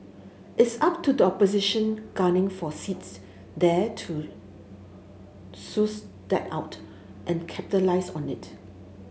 it's up to the opposition gunning for seats there to suss that out and capitalise on it